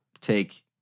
take